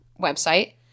website